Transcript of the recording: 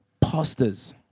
pastors